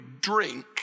drink